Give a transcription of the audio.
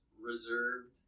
reserved